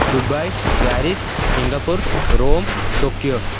Dubai Paris Singapore Rome Tokyo